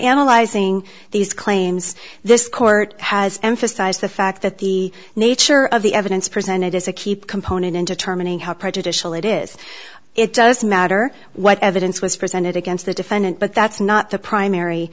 analyzing these claims this court has emphasized the fact that the nature of the evidence presented as a keep component in determining how prejudicial it is it doesn't matter what evidence was presented against the defendant but that's not the primary